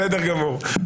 בסדר גמור.